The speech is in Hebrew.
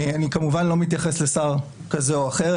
אני כמובן לא מתייחס לשר כזה או אחר,